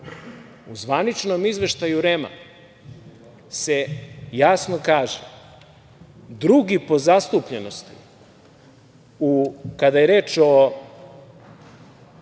U zvaničnom izveštaju REM-a se jasno kaže - drugi po zastupljenosti kada je reč o